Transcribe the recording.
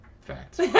Facts